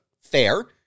fair